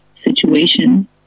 situation